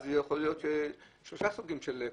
אז יכולים להיות שלושה סוגים של קנסות.